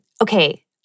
Okay